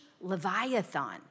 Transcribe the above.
Leviathan